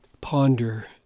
ponder